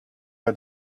had